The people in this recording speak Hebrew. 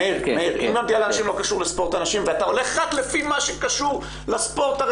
אם מונדיאל הנשים לא קשור לספורט הנשים,